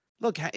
Look